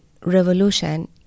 revolution